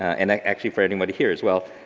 and actually for anybody here as well,